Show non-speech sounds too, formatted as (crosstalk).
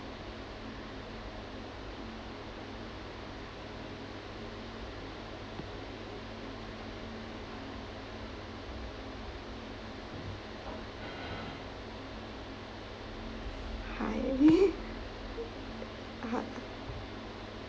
(laughs) (uh huh)